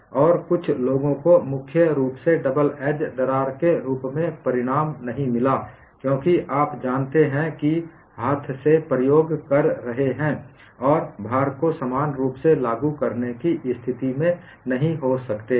और कुछ लोगों को मुख्य रूप से डबल एज दरार के रूप में परिणाम नहीं मिला है क्योंकि आप जानते हैं कि आप हाथ से प्रयोग कर रहे हैं और आप भार को समान रूप से लागू करने की स्थिति में नहीं हो सकते हैं